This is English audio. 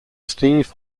steve